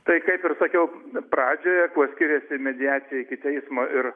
tai kaip ir sakiau pradžioje kuo skiriasi mediacija iki teismo ir